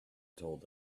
told